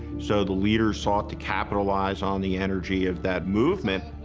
so the leaders sought to capitalize on the energy of that movement.